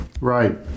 Right